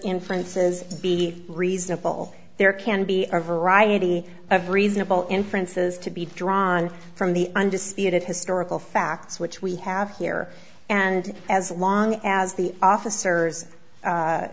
inferences be reasonable there can be are variety of reasonable inferences to be drawn from the undisputed historical facts which we have here and as long as the officers